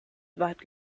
weit